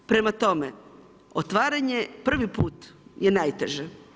Prema tome otvaranje, prvi put je najteže.